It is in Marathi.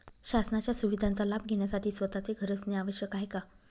शासनाच्या सुविधांचा लाभ घेण्यासाठी स्वतःचे घर असणे आवश्यक आहे का?